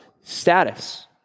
status